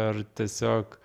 ar tiesiog